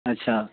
अच्छा